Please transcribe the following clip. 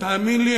תאמין לי,